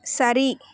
சரி